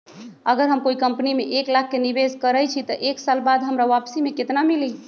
अगर हम कोई कंपनी में एक लाख के निवेस करईछी त एक साल बाद हमरा वापसी में केतना मिली?